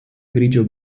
grigio